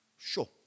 Sure